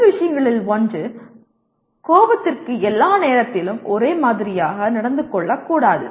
முதல் விஷயங்களில் ஒன்று கோபத்திற்கு எல்லா நேரத்திலும் ஒரே மாதிரியாக நடந்து கொள்ளக்கூடாது